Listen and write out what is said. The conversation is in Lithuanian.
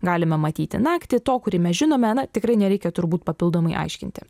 galime matyti naktį to kurį mes žinome na tikrai nereikia turbūt papildomai aiškinti